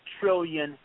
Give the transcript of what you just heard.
trillion